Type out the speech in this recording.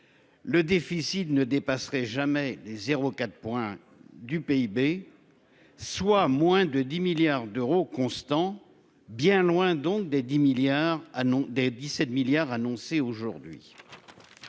Le déficit ne dépasserait jamais des 0 4 point du PIB. Soit moins de 10 milliards d'euros constants bien loin donc des 10 milliards. Ah non des